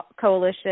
coalition